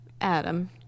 Adam